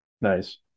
Nice